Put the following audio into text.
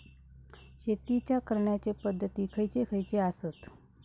शेतीच्या करण्याचे पध्दती खैचे खैचे आसत?